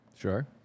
Sure